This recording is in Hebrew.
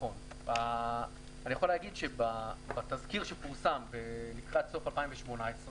אני יכול להגיד שבתזכיר שפורסם לקראת סוף 2018,